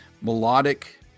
melodic